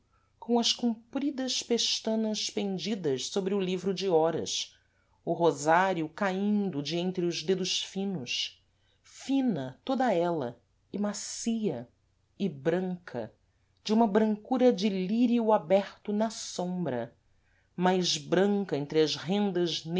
com as compridas pestanas pendidas sôbre o livro de horas o rosário caíndo de entre os dedos finos fina toda ela e macia e branca de uma brancura de lírio aberto na sombra mais branca entre as rendas